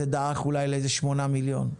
וזה דעך אולי ל-8 מיליון.